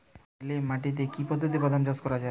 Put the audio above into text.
বেলে মাটিতে কি পদ্ধতিতে বাদাম চাষ করা যায়?